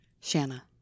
Shanna